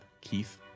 Keith